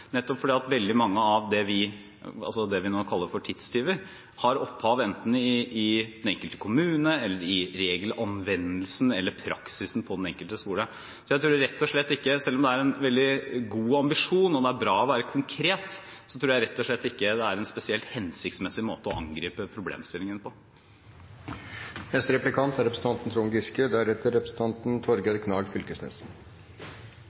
nettopp fordi veldig mange av det vi nå kaller for tidstyver, har opphav enten i den enkelte kommune eller i regelanvendelsen eller i praksisen på den enkelte skole. Så jeg tror rett og slett ikke – selv om det er en veldig god ambisjon, og det er bra å være konkret – at det er en spesielt hensiktsmessig måte å angripe problemstillingen på. Det er ingen tvil om at det er